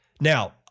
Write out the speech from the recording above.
Now